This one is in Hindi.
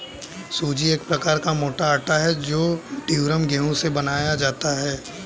सूजी एक प्रकार का मोटा आटा है जो ड्यूरम गेहूं से बनाया जाता है